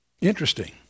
Interesting